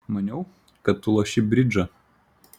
maniau kad tu loši bridžą